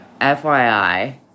FYI